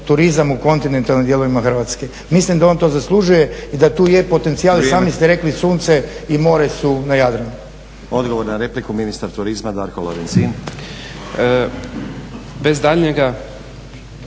turizam u kontinentalnim dijelovima Hrvatske. Mislim da on to zaslužuje i da tu je potencijal i sami ste rekli sunce i more su na Jadranu. **Stazić, Nenad (SDP)** Odgovor na repliku, ministar turizma Darko Lorencin.